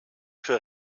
für